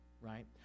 right